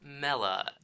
Mella